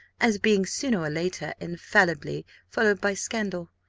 as being, sooner or later, infallibly followed by scandal.